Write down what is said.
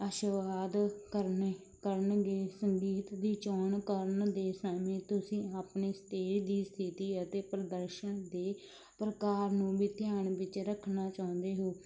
ਆਸ਼ੁਵਾਦ ਕਰਨੇ ਕਰਨਗੇ ਸੰਗੀਤ ਦੀ ਚੋਣ ਕਰਨ ਦੇ ਸਮੇਂ ਤੁਸੀਂ ਆਪਣੇ ਸਟੇਜ ਦੀ ਸਥਿਤੀ ਅਤੇ ਪ੍ਰਦਰਸ਼ਨ ਦੇ ਪ੍ਰਕਾਰ ਨੂੰ ਵੀ ਧਿਆਨ ਵਿੱਚ ਰੱਖਣਾ ਚਾਹੁੰਦੇ ਹੋ